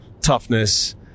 toughness